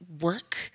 work